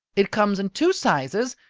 it comes in two sizes,